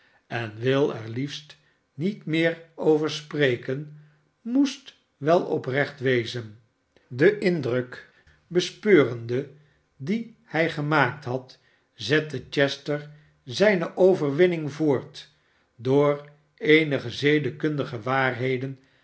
en wil er liefst niet meer over spreken moest wel oprecht wezen den indruk bespeurende dien hij gemaakt had zette chester zijne overwinning voort door eenige zedekundige waarheden